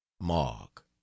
mark